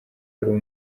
hagira